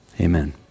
Amen